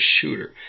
shooter